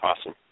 Awesome